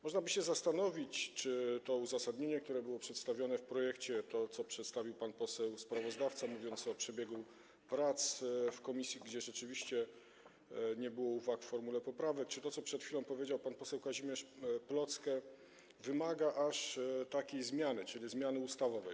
Można by się zastanowić, czy to uzasadnienie, które było przedstawione w projekcie, to, co przedstawił pan poseł sprawozdawca, mówiąc o przebiegu prac w komisji, gdzie rzeczywiście nie było uwag w formule poprawek, czy to, co przed chwilą powiedział pan poseł Kazimierz Plocke, wymaga aż takiej zmiany, czyli zmiany ustawowej.